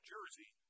Jersey